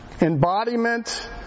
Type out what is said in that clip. Embodiment